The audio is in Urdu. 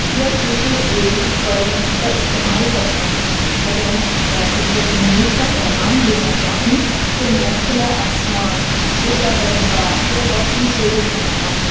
یا ٹوٹے ہوئے پروں کا استعمال کرتا ہوں اگر میں آزادی یا امید کا پیغام دینا چاہوں تو میں کھلا آسمان اڑتا پرندہ یا روشن سورج بناتا ہوں